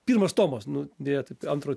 pirmas tomas nuo deja taip antro